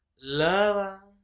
Lover